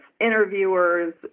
interviewers